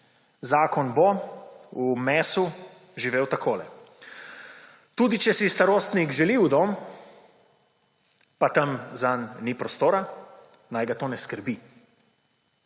Zakon bo v mesu živel takole: tudi če si starostnik želi v dom, pa tam zanj ni prostora, naj ga to ne skrbi.